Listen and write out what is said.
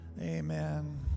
amen